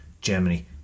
Germany